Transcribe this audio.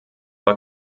war